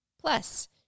Plus